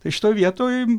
tai šitoj vietoj